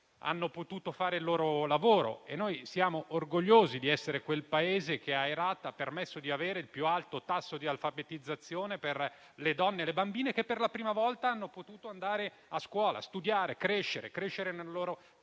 hanno potuto fare il loro lavoro. Noi siamo orgogliosi di essere quel Paese che a Herat ha permesso di avere il più alto tasso di alfabetizzazione per le donne e le bambine, che per la prima volta sono potute andare a scuola, studiare e crescere nella